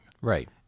Right